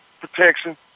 protection